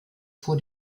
vor